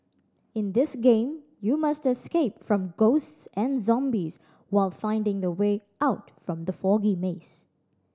in this game you must escape from ghosts and zombies while finding the way out from the foggy maze